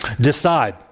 decide